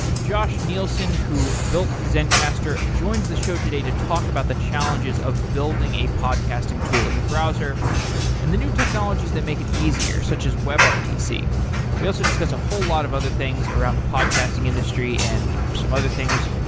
josh neilson, who built zencastr, joins this show today to talk about the challenges of building a podcasting tool in the browser and the new technologies that make it easier, such as webrtc. we also discussed a whole lot of other things around the podcasting industry and some other things.